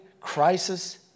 crisis